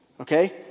Okay